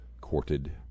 courted